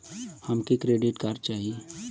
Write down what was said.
हमके credit card चाही